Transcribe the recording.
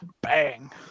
Bang